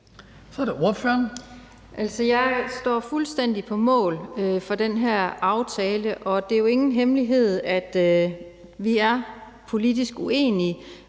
Lise Bertelsen (KF): Jeg står fuldstændig på mål for den her aftale, og det er jo ingen hemmelighed, at vi er politisk uenige,